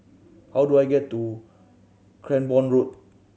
how do I get to Cranborne Road